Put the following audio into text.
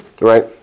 right